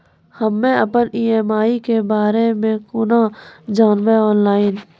हम्मे अपन ई.एम.आई के बारे मे कूना जानबै, ऑनलाइन?